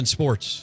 Sports